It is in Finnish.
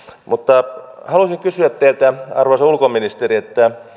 mutta haluaisin kysyä teiltä arvoisa ulkoministeri